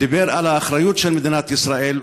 דיבר על האחריות של מדינת ישראל.